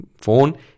phone